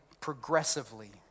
progressively